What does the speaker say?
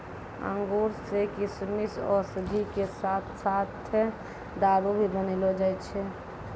अंगूर सॅ किशमिश, औषधि के साथॅ साथॅ दारू भी बनैलो जाय छै